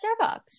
Starbucks